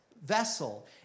vessel